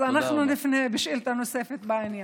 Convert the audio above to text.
אז אנחנו נפנה בשאילתה נוספת בעניין.